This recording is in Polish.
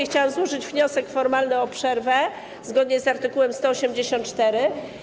Chciałam złożyć wniosek formalny o przerwę zgodnie z art. 184.